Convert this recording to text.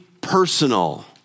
personal